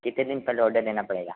कितने दिन पहले ऑर्डर देना पड़ेगा